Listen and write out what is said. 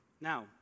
Now